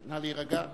נא להירגע.